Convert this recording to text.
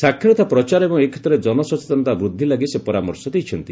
ସାକ୍ଷରତା ପ୍ରଚାର ଏବଂ ଏ କ୍ଷେତ୍ରରେ ଜନସଚେତନତା ବୃଦ୍ଧି ଲାଗି ସେ ପରାମର୍ଶ ଦେଇଛନ୍ତି